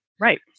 Right